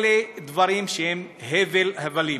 אלה דברים שהם הבל הבלים.